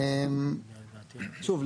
שוב,